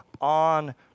on